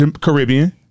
Caribbean